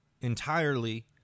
entirely